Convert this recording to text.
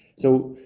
so,